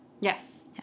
Yes